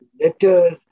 letters